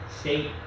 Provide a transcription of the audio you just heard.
state